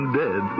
dead